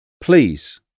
Please